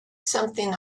something